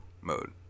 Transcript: mode